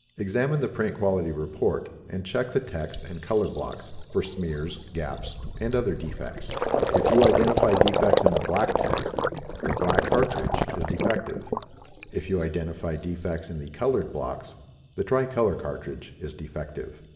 examine the prank quality report and check the text and color blocks for smears gaps and other defects if you identify defects in the black text the black cartridge is defective if you identify defects in the colored blocks the tricolor cartridge is defective